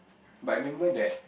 but I remember that